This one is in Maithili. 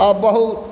आओर बहुत